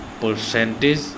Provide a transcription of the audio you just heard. percentage